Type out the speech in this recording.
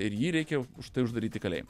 ir jį reikia už tai uždaryt į kalėjimą